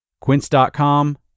quince.com